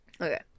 Okay